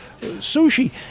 sushi